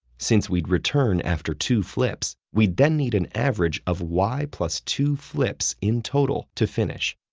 since we'd return after two flips, we'd then need an average of y but two flips in total to finish.